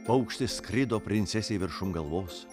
paukštis skrido princesei viršum galvos